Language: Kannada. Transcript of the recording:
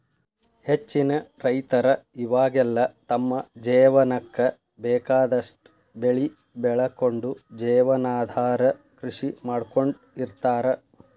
ಹೆಚ್ಚಿನ ರೈತರ ಇವಾಗೆಲ್ಲ ತಮ್ಮ ಜೇವನಕ್ಕ ಬೇಕಾದಷ್ಟ್ ಬೆಳಿ ಬೆಳಕೊಂಡು ಜೇವನಾಧಾರ ಕೃಷಿ ಮಾಡ್ಕೊಂಡ್ ಇರ್ತಾರ